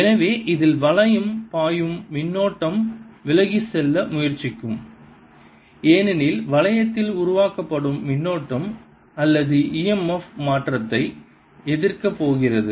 எனவே இதில் வளையம் பாயும் மின்னோட்டம் விலகிச் செல்ல முயற்சிக்கும் ஏனெனில் வளையத்தில் உருவாக்கப்படும் மின்னோட்டம் அல்லது emf மாற்றத்தை எதிர்க்கப் போகிறது